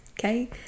Okay